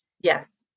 Yes